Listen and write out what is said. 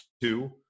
Two